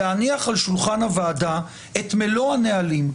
להניח על שולחן הוועדה את מלוא הנהלים.